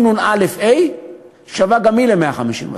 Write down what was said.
שווה ל-156,